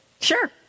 Sure